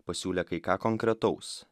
pasiūlė kai ką konkretaus